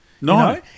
No